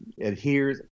adheres